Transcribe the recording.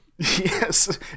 Yes